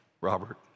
Robert